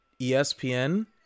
espn